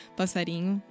passarinho